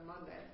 Monday